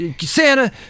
Santa